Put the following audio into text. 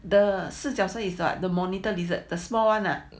the 四角蛇 so is the monitor lizard the small [one] lah